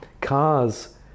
Cars